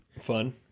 Fun